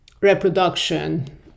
reproduction